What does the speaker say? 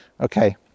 okay